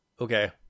Okay